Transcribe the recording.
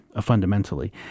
fundamentally